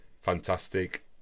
fantastic